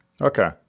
Okay